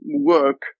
work